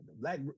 black